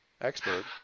expert